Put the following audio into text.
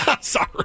sorry